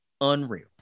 unreal